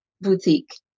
Boutique